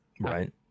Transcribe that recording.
Right